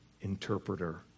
interpreter